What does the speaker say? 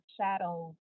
shadows